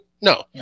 No